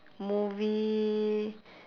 movie